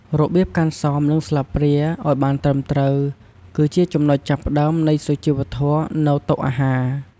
របៀបកាន់សម និងស្លាបព្រាឱ្យបានត្រឹមត្រូវ គឺជាចំណុចចាប់ផ្តើមនៃសុជីវធម៌នៅតុអាហារ។